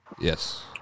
Yes